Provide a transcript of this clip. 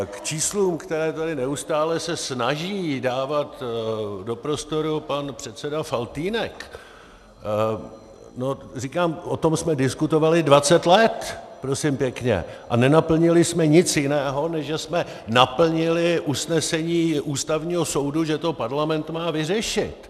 K číslu, které tady neustále se snaží dávat do prostoru pan předseda Faltýnek, říkám, o tom jsme diskutovali dvacet let, prosím pěkně, a nenaplnili jsme nic jiného, než že jsme naplnili usnesení Ústavního soudu, že to parlament má vyřešit.